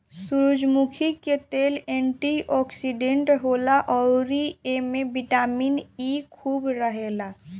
सूरजमुखी के तेल एंटी ओक्सिडेंट होला अउरी एमे बिटामिन इ खूब रहेला